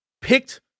picked